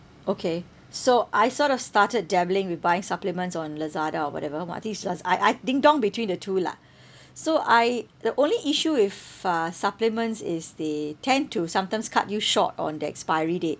okay so I sort of started dabbling with buying supplements on Lazada or whatever um I think it's laza~ I I ding dong between the two lah so I the only issue if uh supplements is they tend to sometimes cut you short on the expiry dates